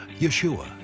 yeshua